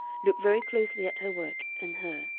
look very closely at her work and her,